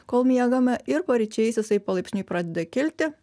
kol miegame ir paryčiais jisai palaipsniui pradeda kilti